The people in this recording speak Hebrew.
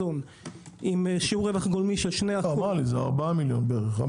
עם שיעור רווח גולמי של- -- 4 מיליון בערך.